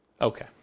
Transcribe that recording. Okay